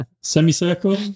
semicircle